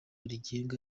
rigenga